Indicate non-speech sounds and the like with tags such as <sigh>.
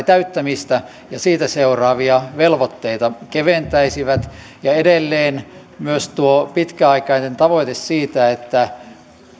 <unintelligible> täyttämistä ja siitä seuraavia velvoitteita keventäisivät ja edelleen myös tuo pitkäaikainen tavoite siitä että